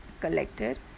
collected